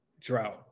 drought